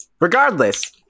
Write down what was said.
Regardless